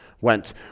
went